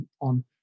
on